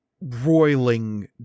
roiling